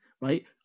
right